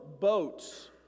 boats